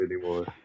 anymore